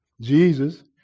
Jesus